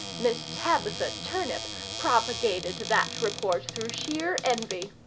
miss tabitha turnip propagated that report through sheer envy.